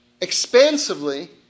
expansively